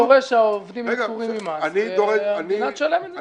אני דורש שהעובדים יהיו פטורים ממס והמדינה תשלם את זה.